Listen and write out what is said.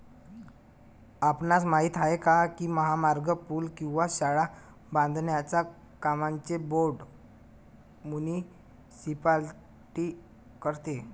आपणास माहित आहे काय की महामार्ग, पूल किंवा शाळा बांधण्याच्या कामांचे बोंड मुनीसिपालिटी करतो?